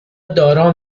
دارا